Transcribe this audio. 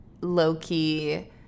low-key